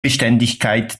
beständigkeit